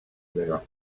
there